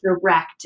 direct